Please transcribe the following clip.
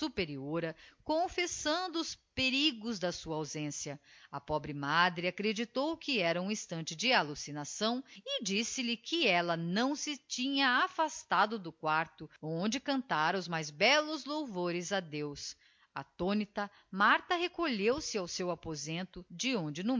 superiora confessando os perigos da sua ausência a pobre madre acreditou que era um instante de allucinação e disse-lhe que ella não se tinha afastado do quarto onde cantara os mais bellos louvores a deus attonita jnlartha recolheuse ao seu aposento de